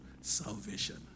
salvation